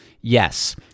yes